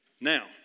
Now